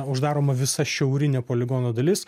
uždaroma visa šiaurinė poligono dalis